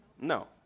No